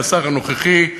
והשר הנוכחי.